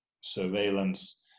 surveillance